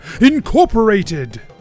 Incorporated